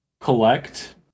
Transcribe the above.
Collect